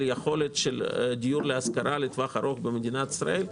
יכולת של דיור להשכרה לטווח ארוך במדינת ישראל.